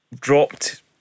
dropped